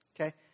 Okay